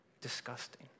disgusting